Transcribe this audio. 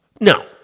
No